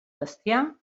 bestiar